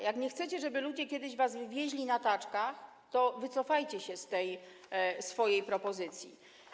Jak nie chcecie, żeby ludzie kiedyś was wywieźli na taczkach, to wycofajcie się z tej swojej propozycji.